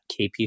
KP